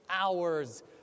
hours